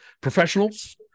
professionals